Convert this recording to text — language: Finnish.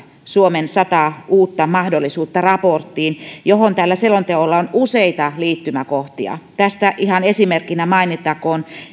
suomen sata uutta mahdollisuutta raporttiin radikaaleista teknologioista johon tällä selonteolla on useita liittymäkohtia tästä ihan esimerkkinä mainittakoon